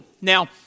Now